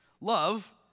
Love